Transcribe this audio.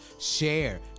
share